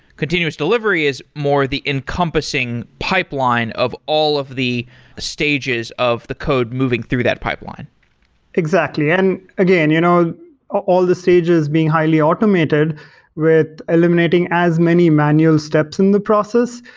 continuous delivery is more the encompassing pipeline of all of the stages stages of the code moving through that pipeline exactly. and again, you know all the stages being highly automated with eliminating as many manual steps in the process.